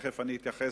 תיכף אתייחס,